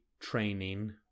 training